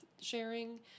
sharing